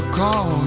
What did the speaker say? call